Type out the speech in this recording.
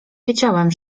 wiedziałem